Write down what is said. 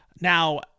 Now